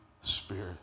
Spirit